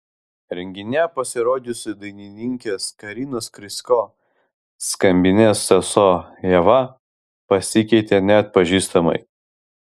renginyje pasirodžiusi dainininkės karinos krysko skambinės sesuo eva pasikeitė neatpažįstamai